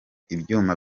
ibyuma